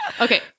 Okay